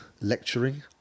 Lecturing